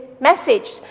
message